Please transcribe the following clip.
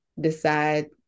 decide